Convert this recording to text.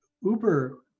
Uber